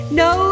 no